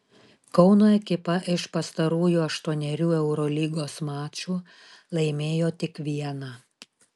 kauno ekipa iš pastarųjų aštuonerių eurolygos mačų laimėjo tik vieną